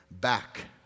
back